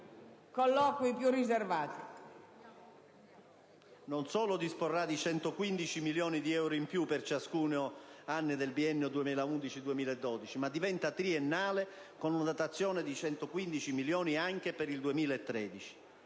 non solo disporrà di 115 milioni di euro in più per ciascun anno del biennio 2011-2012, ma diventa triennale, con una dotazione di 115 milioni anche per il 2013.